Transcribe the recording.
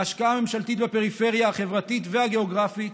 ההשקעה הממשלתית בפריפריה החברתית והגיאוגרפית